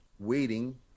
waiting